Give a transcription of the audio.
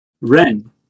Ren